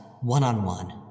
one-on-one